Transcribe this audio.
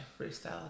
Freestyle